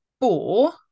four